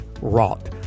wrought